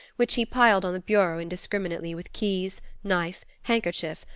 which he piled on the bureau indiscriminately with keys, knife, handkerchief,